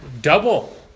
double